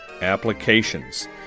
applications